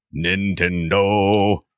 Nintendo